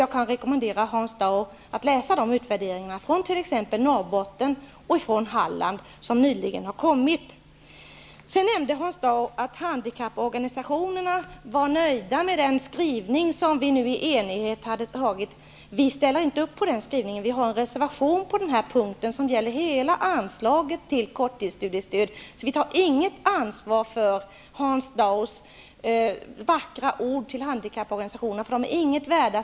Jag kan rekommendera Hans Dau att läsa de utvärderingar som nyligen har kommit från t.ex. Norrbotten och Hans Dau nämnde att handikapporganisationerna var nöjda med den skrivning som utskottet enigt har antagit. Men vi socialdemokrater ställer inte upp på den skrivningen, och vi har en reservation på den punkt som gäller hela anslaget till korttidsstudiestöd. Vi tar inget ansvar för Hans Daus vackra ord till handikapporganisationerna. De är inget värda.